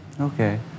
Okay